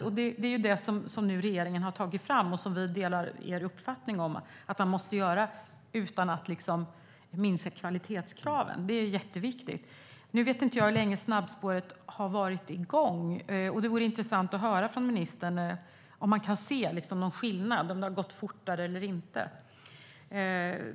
Vi delar regeringens uppfattning att detta måste ske utan att minska på kvalitetskraven. Det är viktigt. Nu vet jag inte hur länge snabbspåret har varit igång. Det vore intressant att höra från ministern om det går att se någon skillnad. Har det gått fortare eller inte?